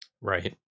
right